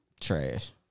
Trash